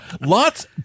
lots